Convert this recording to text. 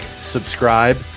subscribe